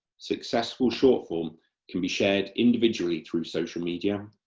successful short form can be shared individually through social media,